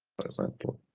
but example,